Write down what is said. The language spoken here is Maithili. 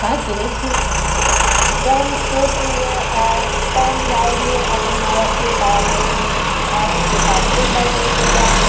हँ केने छियै जब हम छोट रहियै तब हम जाइ रहिए अपन माँ बापके साथ अपन भाइ सबके साथ एक बार गेल छलिए हम